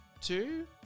two